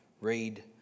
Read